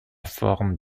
forme